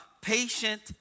patient